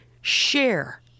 share